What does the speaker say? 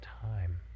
time